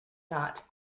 not